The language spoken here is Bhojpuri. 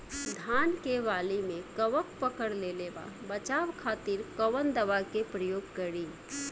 धान के वाली में कवक पकड़ लेले बा बचाव खातिर कोवन दावा के प्रयोग करी?